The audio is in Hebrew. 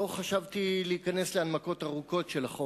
לא חשבתי להיכנס להנמקות ארוכות של החוק.